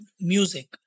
Music